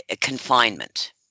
confinement